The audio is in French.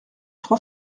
trois